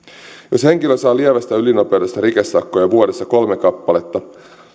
jos henkilö saa lievästä ylinopeudesta rikesakkoja vuodessa kolme kappaletta